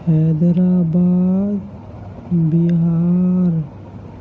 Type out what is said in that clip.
حیدر آباد بہار